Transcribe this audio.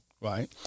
right